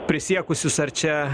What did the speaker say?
prisiekusius ar čia